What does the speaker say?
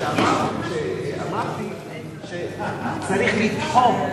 אמרתי שצריך לתחום.